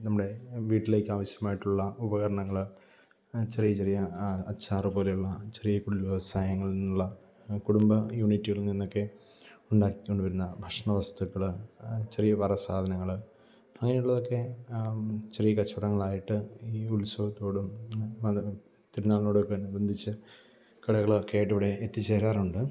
നമ്മുടെ വീട്ടിലേക്ക് ആവശ്യമായിട്ടുള്ള ഉപകരണങ്ങൾ ചെറിയ ചെറിയ അച്ചാറ് പോലെയുള്ള ചെറിയ കുടില് വ്യവസായങ്ങളില് നിന്നുള്ള കുടുംബ യൂണിറ്റുകളില് നിന്നൊക്കെ ഉണ്ടാക്കി കൊണ്ട് വരുന്ന ഭക്ഷണ വസ്തുക്കൾ ചെറിയ വറ സാധനങ്ങൾ അങ്ങനെയുള്ളതൊക്കെ ചെറിയ കച്ചവടങ്ങളായിട്ട് ഈ ഉത്സവത്തോടും മത പെരുനാളിനോടൊക്കെ അനുബന്ധിച്ച് കടകളൊക്കെയായിട്ട് ഇവിടെ എത്തിച്ചേരാറുണ്ട്